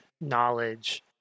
knowledge